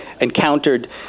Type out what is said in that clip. encountered